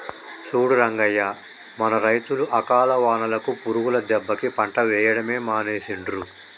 చూడు రంగయ్య మన రైతులు అకాల వానలకు పురుగుల దెబ్బకి పంట వేయడమే మానేసిండ్రు